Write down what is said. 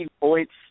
points